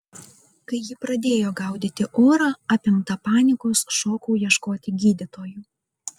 kai ji pradėjo gaudyti orą apimta panikos šokau ieškoti gydytojų